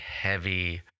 heavy